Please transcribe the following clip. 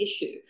issue